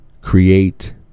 create